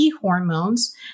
hormones